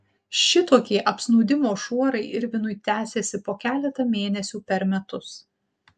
šitokie apsnūdimo šuorai irvinui tęsiasi po keletą mėnesių per metus